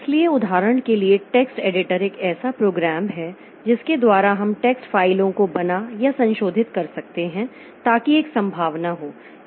इसलिए उदाहरण के लिए टेक्स्ट एडिटर एक ऐसा प्रोग्राम है जिसके द्वारा हम टेक्स्ट फ़ाइलों को बना या संशोधित कर सकते हैं ताकि एक संभावना हो